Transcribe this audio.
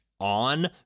on